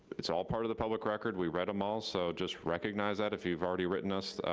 it's all part of the public record. we've read them all, so just recognize that if you've already written us,